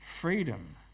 Freedom